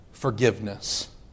Forgiveness